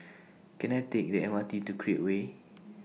Can I Take The M R T to Create Way